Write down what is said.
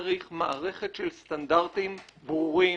צריך מערכת של סטנדרטים ברורים